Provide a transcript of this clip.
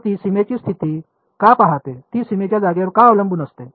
तर ती सीमेची स्थिती का पाहते ती सीमेच्या जागेवर का अवलंबून असते